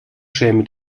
schäme